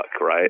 right